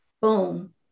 boom